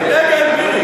הדגל, מירי.